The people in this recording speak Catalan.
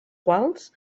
quals